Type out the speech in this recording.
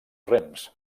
rems